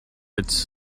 its